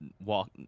walk